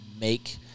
make